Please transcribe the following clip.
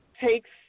takes